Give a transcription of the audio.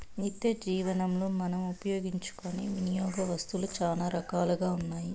నిత్యజీవనంలో మనం ఉపయోగించుకునే వినియోగ వస్తువులు చాలా రకాలుగా ఉన్నాయి